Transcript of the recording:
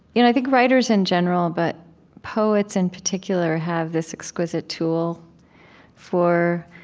you know i think writers in general, but poets in particular have this exquisite tool for